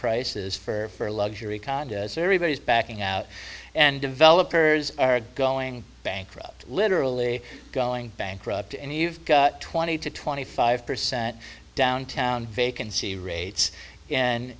prices for luxury condos everybody's backing out and developers are going bankrupt literally going bankrupt and you've got twenty to twenty five percent downtown vacancy rates